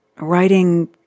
writing